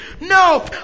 No